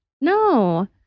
No